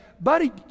Buddy